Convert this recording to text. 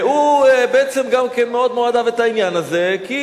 והוא בעצם גם כן מאוד מאוד אהב את העניין הזה, כי,